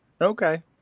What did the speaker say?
Okay